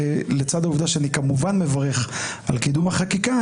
לצד העובדה שאני כמובן מברך על קידום החקיקה,